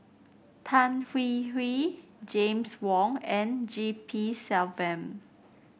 Tan Hwee Hwee James Wong and G P Selvam